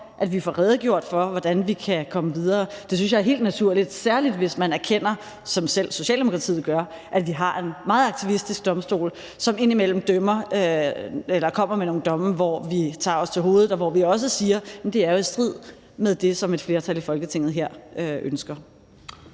at vi får redegjort for, hvordan vi kan komme videre, synes jeg er helt naturligt, særlig hvis man erkender, som selv Socialdemokratiet gør, at vi har en meget aktivistisk domstol, som indimellem kommer med nogle domme, hvor vi tager os til hovedet, og hvor vi også siger, at det jo er i strid med det, som et flertal her i Folketinget ønsker.